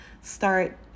start